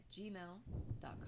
gmail.com